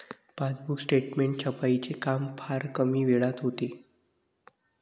passbook statement छपाईचे काम फार कमी वेळात होते